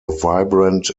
vibrant